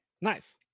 Nice